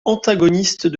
antagonistes